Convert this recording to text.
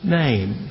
name